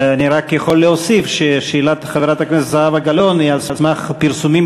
אני רק יכול להוסיף ששאלת חברת הכנסת זהבה גלאון היא על סמך פרסומים